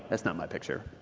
that's not my picture.